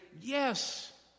yes